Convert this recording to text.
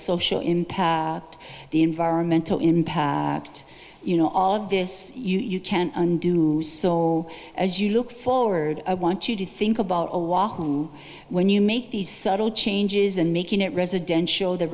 social impact the environmental impact you know all of this you can't undo as you look forward i want you to think about when you make these subtle changes and making it residential the